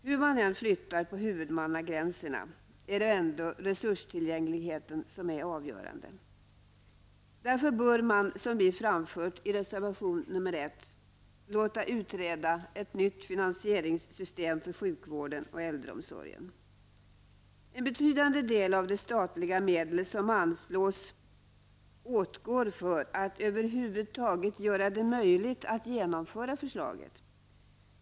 Hur man än flyttar på huvudmannagränserna är det ändå resurstillgängligheten som är avgörande. Därför bör man, såsom vi framför i reservation nr 1, låta utreda ett nytt finansieringssystem för sjukvården och äldreomsorgen. En betydande del av de statliga medlen åtgår för att över huvud taget göra det möjligt att genomföra förslaget.